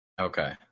Okay